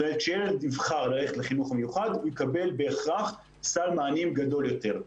כשילד נבחר ללכת לחינוך מיוחד הוא יקבל בהכרח סל מענים גדול יותר.